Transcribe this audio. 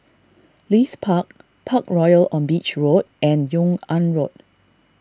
Leith Park Parkroyal on Beach Road and Yung An Road